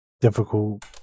difficult